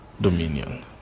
dominion